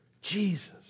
Jesus